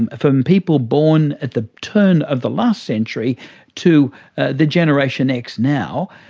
and from people born at the turn of the last century to ah the generation x now,